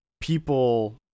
people